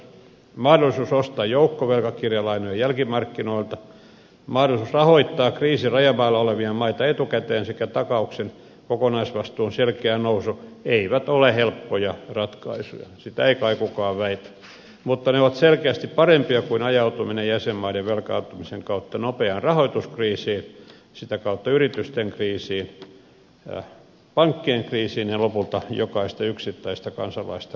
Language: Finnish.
mahdollisuus ostaa joukkovelkakirjalainoja jälkimarkkinoilta mahdollisuus rahoittaa kriisin rajamailla olevia maita etukäteen sekä takauksen kokonaisvastuun selkeä nousu eivät ole helppoja ratkaisuja sitä ei kai kukaan väitä mutta ne ovat selkeästi parempia kuin ajautuminen jäsenmaiden velkaantumisen kautta nopeaan rahoituskriisiin sitä kautta yritysten kriisiin pankkien kriisiin ja lopulta jokaista yksittäistä kansalaista koskevaan lamaan